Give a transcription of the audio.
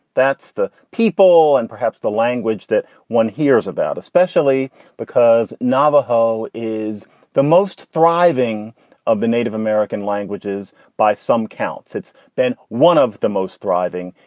that's the people and perhaps the language that one hears about, especially because navajo is the most thriving of the native american languages. by some counts, it's been one of the most thriving.